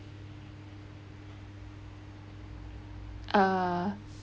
uh